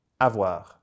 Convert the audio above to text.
Avoir